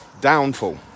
downfall